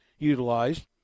Utilized